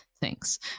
thanks